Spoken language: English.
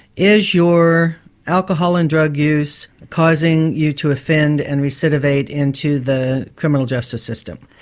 is your alcohol and drug use causing you to offend and recidivate into the criminal justice system?